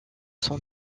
son